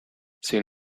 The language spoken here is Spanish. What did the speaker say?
sin